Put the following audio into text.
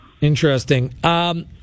Interesting